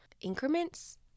increments